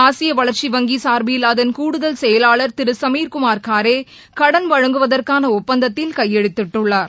ஆசியவளர்ச்சி வங்கிசார்பில் கூடுதல் செயலாளர் அதன் திருசமிர்குமார் காரே கடன் வழங்குவதற்கானஒப்பந்தத்தில் கையெழுத்திட்டுள்ளார்